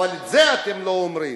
אבל את זה אתם לא אומרים.